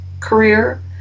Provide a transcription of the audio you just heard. career